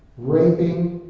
raping,